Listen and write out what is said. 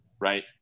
right